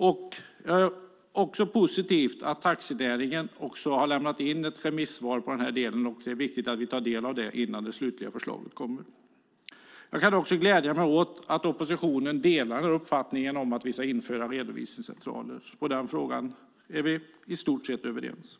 Det är också positivt att taxinäringen har lämnat in ett remissvar i denna del, och det är viktigt att vi tar del av svaret innan det slutliga förslaget läggs fram. Jag gläder mig också åt att oppositionen delar uppfattningen att vi ska införa redovisningscentraler. I den frågan är vi i stort sett överens.